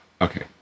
Okay